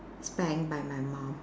spank by my mum